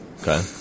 Okay